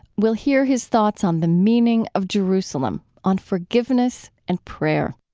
we'll hear his thoughts on the meaning of jerusalem, on forgiveness and prayer